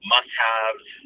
must-haves